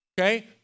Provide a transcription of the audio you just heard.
Okay